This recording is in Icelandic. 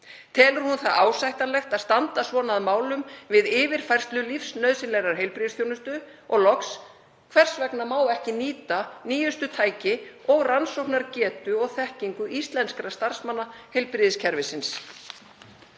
Telur hún það ásættanlegt að standa svona að málum við yfirfærslu lífsnauðsynlegrar heilbrigðisþjónustu? Og loks: Hvers vegna má ekki nýta nýjustu tæki og rannsóknargetu og þekkingu starfsmanna íslenska heilbrigðiskerfisins?